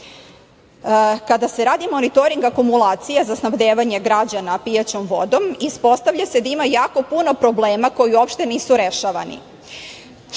se radi monitoring akumulacije za snabdevanje građana pijaćom vodom ispostavlja se da ima jako puno problema koji uopšte nisu rešavani,